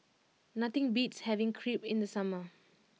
nothing beats having Crepe in the summer